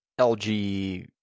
LG